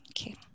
Okay